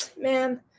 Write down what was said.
man